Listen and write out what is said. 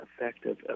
effective